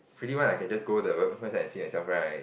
really want I can just go the website and see myself right